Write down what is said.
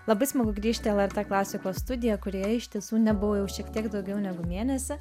labai smagu grįžt į lrt klasikos studiją kurioje iš tiesų nebuvau jau šiek tiek daugiau negu mėnesį